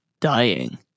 dying